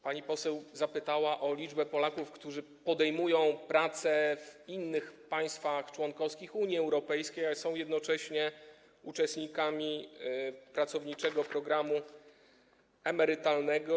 Pani poseł zapytała o liczbę Polaków, którzy podejmują pracę w innych państwach członkowskich Unii Europejskiej, ale są jednocześnie uczestnikami pracowniczego programu emerytalnego.